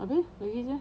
abeh gitu jer